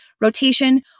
rotation